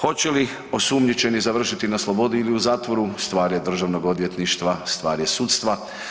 Hoće li osumnjičeni završiti na slobodi ili u zatvoru stvar je državnog odvjetništva, stvar je sudstva.